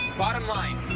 bottom line.